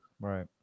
right